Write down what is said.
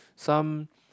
some